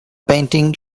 painting